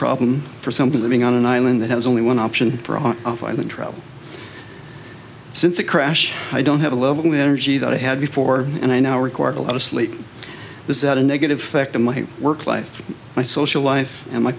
problem for something living on an island that has only one option for on the trail since the crash i don't have a level of energy that i had before and i now required a lot of sleep is that a negative effect on my work life my social life and my